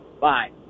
Bye